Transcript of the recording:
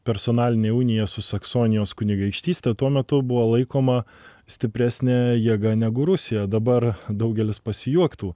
personalinė unija su saksonijos kunigaikštyste tuo metu buvo laikoma stipresne jėga negu rusija dabar daugelis pasijuoktų